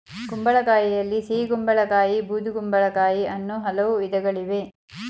ಕುಂಬಳಕಾಯಿಯಲ್ಲಿ ಸಿಹಿಗುಂಬಳ ಕಾಯಿ ಬೂದುಗುಂಬಳಕಾಯಿ ಅನ್ನೂ ಹಲವು ವಿಧಗಳಿವೆ